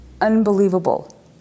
Unbelievable